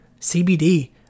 cbd